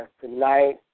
tonight